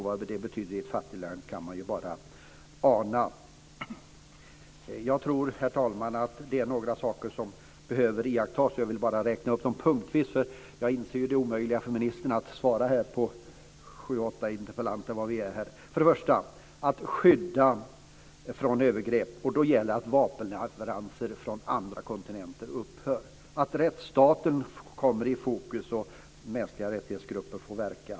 Vad det betyder i ett fattigt land kan man ju bara ana. Jag tror, herr talman, att det finns några saker som behöver iakttas. Jag vill bara räkna upp dem punktvis, för jag inser det omöjliga för ministern i att svara sju åtta interpellanter, eller vad vi är här. För det första: Skydda från övergrepp. Då gäller det att vapenleveranser från andra kontinenter upphör. Rättsstaten ska komma i fokus, och grupper för mänskliga rättigheter ska få verka.